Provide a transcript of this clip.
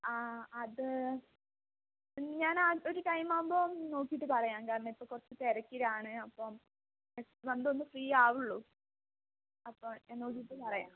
ആ അത് ഞാൻ ആ ഒരു ടൈം ആകുമ്പോള് നോക്കിയിട്ട് പറയാം കാരണം ഇപ്പോള് കുറച്ച് തിരക്കിലാണ് അപ്പോള് നെക്സ്റ്റ് മന്തേ ഒന്ന് ഫ്രീ ആകുകയുള്ളൂ അപ്പോള് ഞാൻ നോക്കിയിട്ട് പറയാം